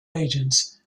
agents